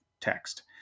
text